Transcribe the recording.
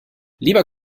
lieber